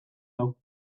hau